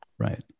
Right